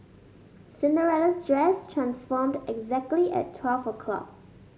Cinderella's dress transformed exactly at twelve o'clock